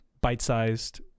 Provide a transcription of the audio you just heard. bite-sized